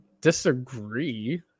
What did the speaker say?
disagree